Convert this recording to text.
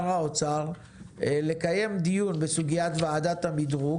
האוצר לקיים דיון בסוגיית ועדת המדרוג.